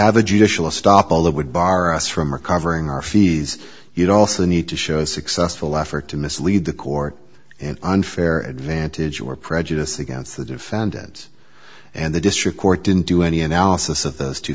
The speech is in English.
the judicial stop all that would bar us from recovering our fees you'd also need to show a successful effort to mislead the court and unfair advantage you are prejudiced against the defendant and the district court didn't do any analysis of those two